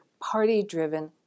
party-driven